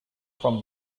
from